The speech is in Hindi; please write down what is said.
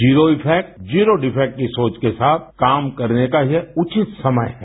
जीरो इफेक्ट जीरो डिफेक्ट की सोच के साथ काम करने का ये उचित समय है